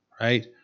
right